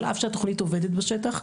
על אף שהתכנית עובדת בשטח.